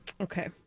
Okay